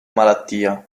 malattia